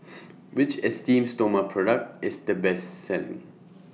Which Esteem Stoma Product IS The Best Selling